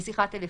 בשיחה טלפונית,